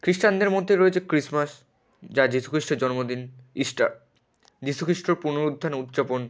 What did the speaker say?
খ্রিস্টানদের মধ্যে রয়েছে ক্রিসমাস যা যিশুখ্রিস্টের জন্মদিন ইস্টার যিশুখ্রিস্টর পুনরুত্থান উদ্যাপন